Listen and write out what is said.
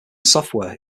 software